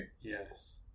Yes